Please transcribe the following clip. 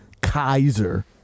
Kaiser